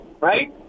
right